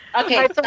Okay